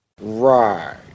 Right